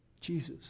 Jesus